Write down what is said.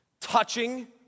Touching